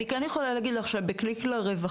אני כן יכולה להגיד לך שב"קליק לרווחה",